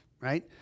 Right